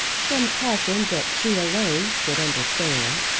some caution that she alone should understand,